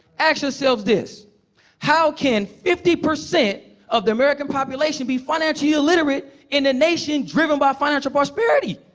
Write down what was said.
ask yourselves this how can fifty percent of the american population be financially illiterate in a nation driven by financial prosperity?